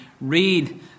read